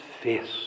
face